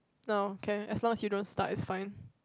no can as long as you don't start is fine